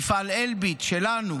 מפעל אלביט שלנו